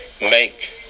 make